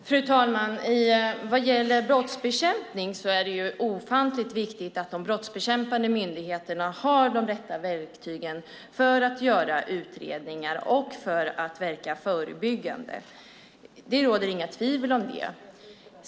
Fru talman! Vad gäller brottsbekämpning är det ofantligt viktigt att de brottsbekämpande myndigheterna har de rätta verktygen för att göra utredningar och verka förebyggande. Det råder inga tvivel om det.